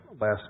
last